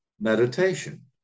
meditation